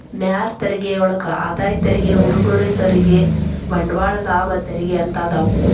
ನೇರ ತೆರಿಗೆಯೊಳಗ ಆದಾಯ ತೆರಿಗೆ ಉಡುಗೊರೆ ತೆರಿಗೆ ಬಂಡವಾಳ ಲಾಭ ತೆರಿಗೆ ಅಂತ ಅದಾವ